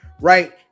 Right